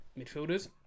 midfielders